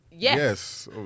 yes